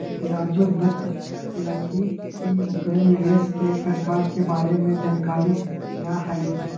राजू बतलकई कि ओकरा निवेश के प्रकार के बारे में जानकारी न हई